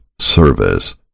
service